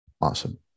Awesome